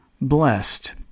blessed